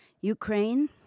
Ukraine